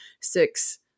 six